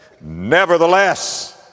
Nevertheless